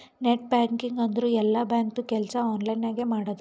net banking ಅಂದುರ್ ಎಲ್ಲಾ ಬ್ಯಾಂಕ್ದು ಕೆಲ್ಸಾ ಆನ್ಲೈನ್ ನಾಗೆ ಮಾಡದು